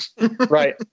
Right